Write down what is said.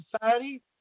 society